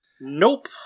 Nope